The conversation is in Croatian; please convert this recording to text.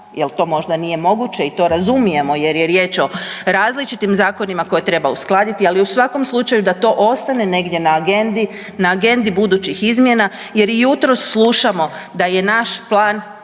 jel to možda nije moguće i to razumijemo jer je riječ o različitim zakonima koje treba uskladiti, ali u svakom slučaju da to ostane negdje na agendi, na agendi budućih izmjena jer i jutros slušamo da je naš plan,